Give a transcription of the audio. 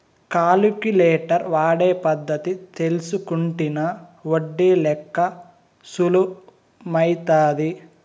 calculator వాడే పద్ధతి తెల్సుకుంటినా ఒడ్డి లెక్క సులుమైతాది